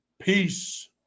peace